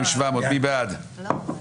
הצבעה לא אושרה.